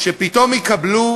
שפתאום יקבלו